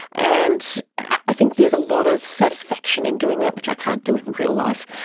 and i think there's a lot of satisfaction in doing that, which i can't do in real life.